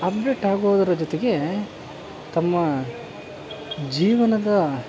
update ಆಗೋದರ ಜೊತೆಗೆ ತಮ್ಮ ಜೀವನದ